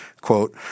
quote